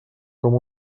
com